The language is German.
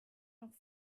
noch